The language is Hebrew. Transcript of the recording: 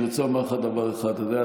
אני רוצה לומר לך דבר אחד: אתה יודע,